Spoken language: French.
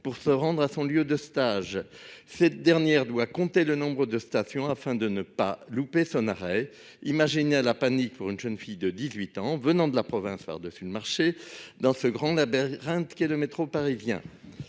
pour se rendre à son lieu de stage. Elle doit compter le nombre de stations afin de ne pas rater son arrêt. Imaginez la panique pour une jeune fille de 18 ans, venant de province de surcroît, dans ce grand labyrinthe qu'est le métro parisien